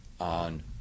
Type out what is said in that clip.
on